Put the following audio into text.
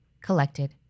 collected